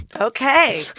Okay